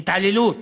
התעללות